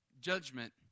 judgment